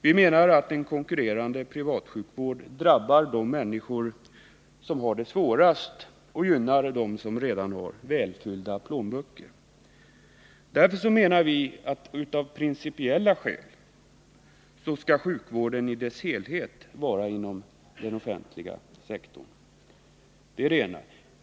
Vi menar att en konkurrerande privatsjukvård drabbar de människor som har det svårast och gynnar dem som redan har välfyllda plånböcker. Därför menar vi att sjukvården i dess helhet skall ligga inom den offentliga sektorn. Det är det ena.